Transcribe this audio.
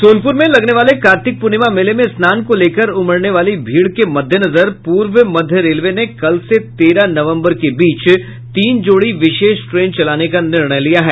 सोनपुर में लगने वाले कार्तिक पूर्णिमा मेले में स्नान को लेकर उमड़ने वाली भीड़ के मद्देनजर पूर्व मध्य रेलवे ने कल से तेरह नवंबर के बीच तीन जोड़ी विशेष ट्रेन चलाने का निर्णय लिया है